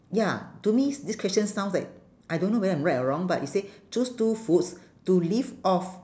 ya to me is this question sounds like I don't know whether I'm right or wrong but it say choose two foods to live off